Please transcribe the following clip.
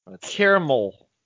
Caramel